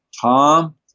Tom